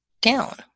down